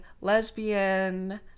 lesbian